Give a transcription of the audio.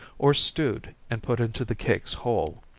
or stewed, and put into the cakes whole.